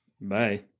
Bye